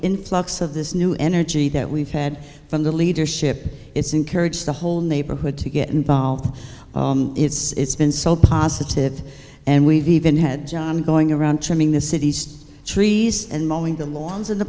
influx of this new energy that we've had from the leadership it's encouraged the whole neighborhood to get involved it's been so positive and we've even had john going around trimming the city's trees and mauling the lawns in the